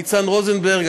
לניצן רוזנברג,